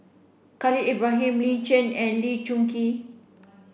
Khalil Ibrahim Lin Chen and Lee Choon Kee